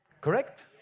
Correct